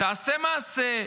תעשה מעשה,